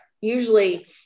Usually